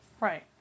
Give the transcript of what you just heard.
Right